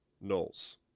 Knowles